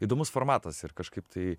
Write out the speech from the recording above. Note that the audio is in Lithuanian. įdomus formatas ir kažkaip tai